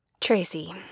Tracy